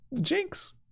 jinx